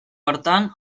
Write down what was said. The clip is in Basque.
hartan